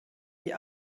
die